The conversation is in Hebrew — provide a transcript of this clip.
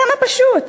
כמה פשוט.